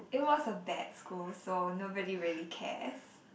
it was a bad school so nobody really cares